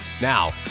Now